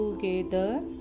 together